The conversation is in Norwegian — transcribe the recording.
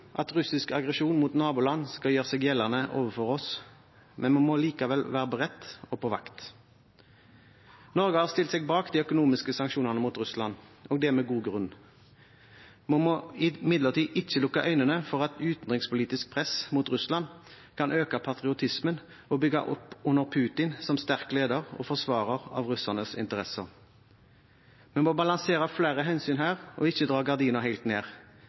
at russisk aggresjon mot naboland skal gjøre seg gjeldende overfor oss, men vi må likevel være beredt og på vakt. Norge har stilt seg bak de økonomiske sanksjonene mot Russland, og det med god grunn. Vi må imidlertid ikke lukke øynene for at utenrikspolitisk press mot Russland kan øke patriotismen og bygge opp under Putin som sterk leder og forsvarer av russernes interesser. Vi må balansere flere hensyn her og ikke dra gardina helt ned,